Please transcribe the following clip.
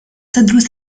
تدرس